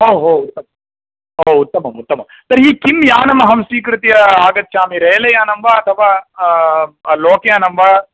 ओ हो ओ उत्तमम् उत्तमं तर्हि किं यानमहं स्वीकृत्य आगच्छामि रेलयानं वा अथवा लोकयानं वा